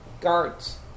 guards